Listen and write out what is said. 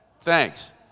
Thanks